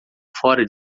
fora